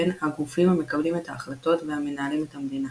הן "הגופים המקבלים את ההחלטות והמנהלים את המדינה".